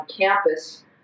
campus